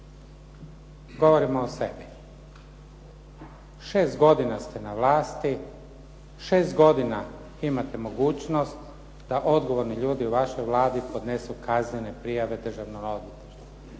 govorimo o sebi. Šest godina ste na vlasti, šest godina imate mogućnost da odgovorni ljudi u vašoj Vladi podnesu kaznene prijave Državnom odvjetništvu